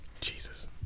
Jesus